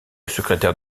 secrétaire